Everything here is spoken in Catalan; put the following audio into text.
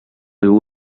riu